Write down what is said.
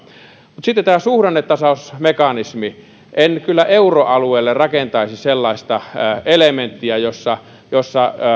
mutta sitten tämä suhdannetasausmekanismi en kyllä euroalueelle rakentaisi sellaista elementtiä jossa jossa